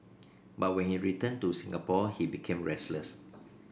but when he returned to Singapore he became restless